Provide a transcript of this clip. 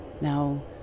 Now